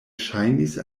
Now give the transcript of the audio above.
ŝajnis